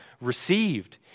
received